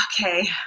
okay